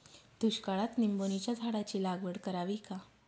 दुष्काळात निंबोणीच्या झाडाची लागवड करावी का?